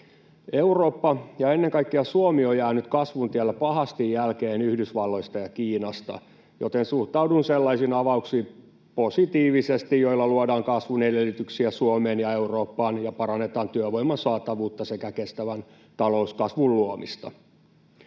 Eurooppa ja ennen kaikkea Suomi on jäänyt kasvun tiellä pahasti jälkeen Yhdysvalloista ja Kiinasta, joten suhtaudun positiivisesti sellaisiin avauksiin, joilla luodaan kasvun edellytyksiä Suomeen ja Eurooppaan ja parannetaan työvoiman saatavuutta sekä kestävän talouskasvun luomista.